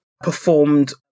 performed